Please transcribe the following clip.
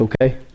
okay